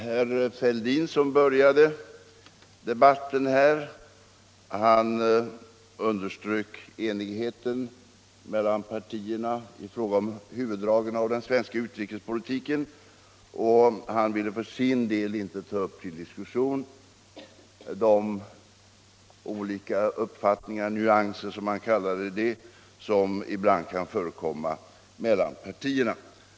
Herr Fälldin, som började debatten här i kammaren, underströk enigheten mellan partierna i fråga om "huvuddragen av den svenska utrikespolitiken, och han ville för sin del inte ta upp till diskussion de olika uppfattningar — nyanser kallade han dem — som ibland kan förekomma mellan partierna.